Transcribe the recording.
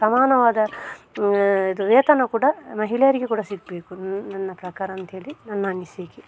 ಸಮಾನವಾದ ಇದು ವೇತನ ಕೂಡ ಮಹಿಳೆಯರಿಗೆ ಕೂಡ ಸಿಗಬೇಕು ನನ್ನ ನನ್ನ ಪ್ರಕಾರ ಅಂತ್ಹೇಳಿ ನನ್ನ ಅನಿಸಿಕೆ